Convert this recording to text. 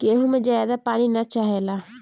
गेंहू में ज्यादा पानी ना चाहेला